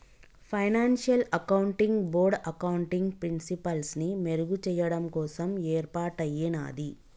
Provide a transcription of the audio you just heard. financial accounting board accounting ప్రిన్సిపల్స్ని మెరుగుచెయ్యడం కోసం యేర్పాటయ్యినాది